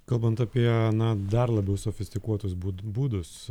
kalbant apie na dar labiau sofistikuotus būd būdus